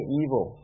evil